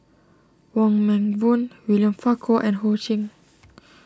Wong Meng Voon William Farquhar and Ho Ching